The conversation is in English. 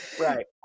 Right